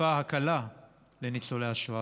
טיפה הקלה לניצולי השואה.